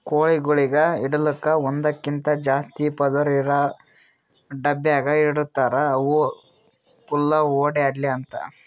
ಕೋಳಿಗೊಳಿಗ್ ಇಡಲುಕ್ ಒಂದಕ್ಕಿಂತ ಜಾಸ್ತಿ ಪದುರ್ ಇರಾ ಡಬ್ಯಾಗ್ ಇಡ್ತಾರ್ ಅವು ಖುಲ್ಲಾ ಓಡ್ಯಾಡ್ಲಿ ಅಂತ